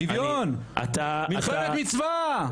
שוויון, מלחמת מצווה.